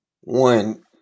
one